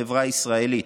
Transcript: בחברה הישראלית,